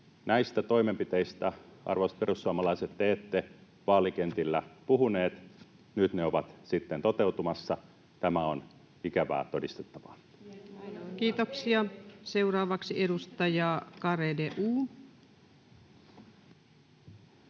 Näistä toimenpiteistä, arvoisat perussuomalaiset, te ette vaalikentillä puhuneet. Nyt ne ovat sitten toteutumassa. Tämä on ikävää todistettavaa. Kiitoksia. — Seuraavaksi edustaja Garedew.